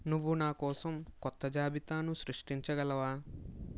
నువ్వు నా కోసం కొత్త జాబితాను సృష్టించగలవా